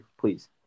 Please